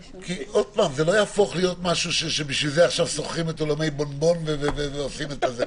להיות משהו שבשבילו שוכרים אולם ועושים אירוע.